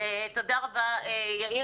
תודה רבה יאיר.